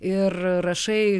ir rašai